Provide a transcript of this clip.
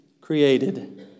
created